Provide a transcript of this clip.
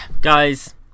Guys